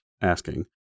asking